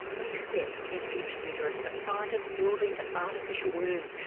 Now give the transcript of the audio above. next step in future uterus, a scientist building an artificial womb.